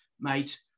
mate